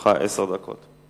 לרשותך עשר דקות.